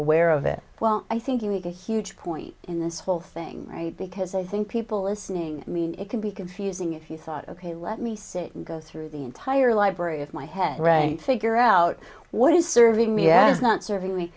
aware of it well i think you make a huge point in this whole thing right because i think people listening i mean it can be confusing if you thought ok let me sit and go through the entire library of my head right figure out what is serving me as not serving me